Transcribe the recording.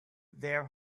their